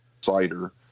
cider